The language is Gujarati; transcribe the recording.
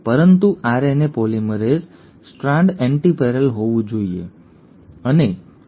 પરંતુ આરએનએ પોલિમરેઝ સ્ટ્રાન્ડ એન્ટિપેરેલ હોવું જોઈએ અને તે પૂરક હોવું જોઈએ